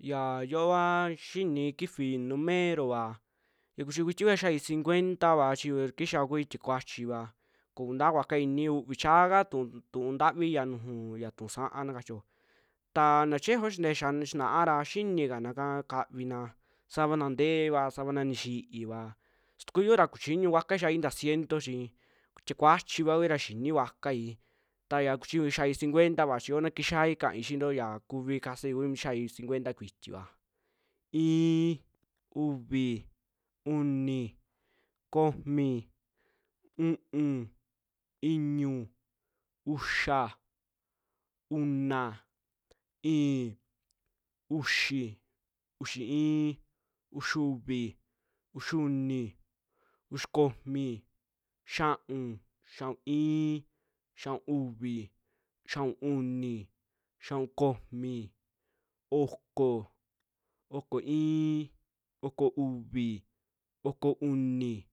Ya yoo vaa xinii kifii numerova ya kuchiñuu kuiti kua kixiaai cincuenta va chi yu ya kixaa kua kuii tiee kuachiva koo kuntaa kuaka inii uvii chaaka tu- tu'un ntavi nujuu ya tu'un sa'aa na kachio, ta na chieejo xintee xina'ara xini kanakaa kaviina savanaa nteeva, savanaa nixi'iva, su ta kuu yiu'ura kuchiñuu kuakuai kixiai ntaa ciento chii tie'e kuachiva kui xi'ini kuakuai ta'a ya kuchiñui xiaai cincuenta vaa chi yoo na kixiaai kai xintoo ya kuvi kasai un xiai cincuenta kuitiva iin, uvi, uni, komi, u'un, iñu, uxa, una, i'in, uxi, uxi iin, uxiuvi, uxiuni, uxi komi, xia'un, xia'un iin, xia'un uvi, xia'un uni, xia'un komi, oko, oko iin, oko uvi, oko uni,